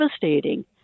devastating